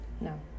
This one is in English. no